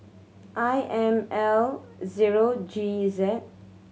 I M L zero G Z